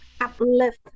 uplift